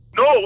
no